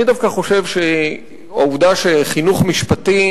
שאני דווקא חושב שהעובדה שחינוך משפטי